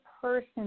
person